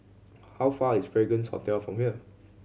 how far is Fragrance Hotel from here